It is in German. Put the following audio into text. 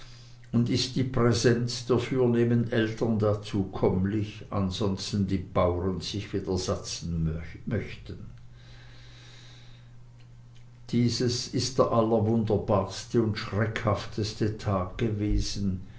und ist die präsenz der fürnehmen eltern dazu kommlich ansonsten die pauren sich widersatzen mögten dieses ist der allerwunderbarste und schreckhafteste tag gewesen